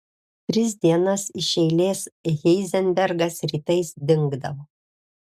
tris dienas iš eilės heizenbergas rytais dingdavo